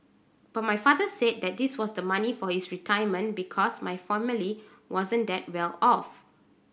but my father said that that was the money for his retirement because my family wasn't that well off